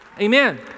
amen